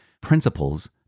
principles